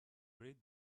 read